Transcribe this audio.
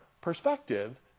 perspective